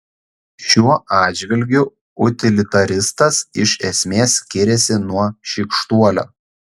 šiuo atžvilgiu utilitaristas iš esmės skiriasi nuo šykštuolio